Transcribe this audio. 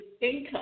income